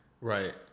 Right